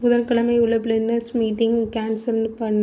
புதன்கிழமை உள்ள பிளேன்னஸ் மீட்டிங்கை கேன்சல் பண்ணு